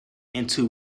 into